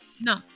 no